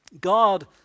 God